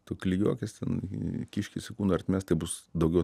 tu kiljuokis ten kiškis į kūno ertmes tai bus daugiau tau